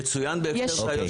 אני אשמח להעביר לך נתונים.